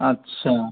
আচ্ছা